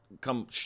come